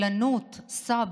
שסבלנות, (אומרת בערבית: סבלנות,)